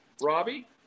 Robbie